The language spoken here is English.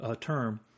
term